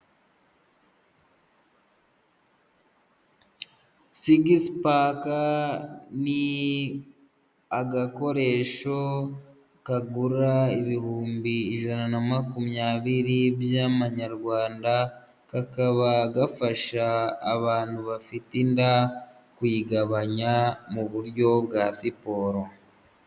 Sigisi paka ni agakoresho kagura ibihumbi ijana na makumyabiri by'amanyarwanda, kakaba gafasha abantu bafite inda kuyigabanya, mu buryo bwa siporo.